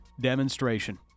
demonstration